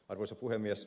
arvoisa puhemies